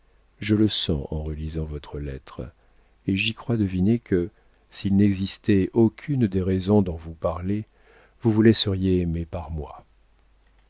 je le sens en relisant votre lettre et j'y crois deviner que s'il n'existait aucune des raisons dont vous parlez vous vous laisseriez aimer par moi